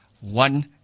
one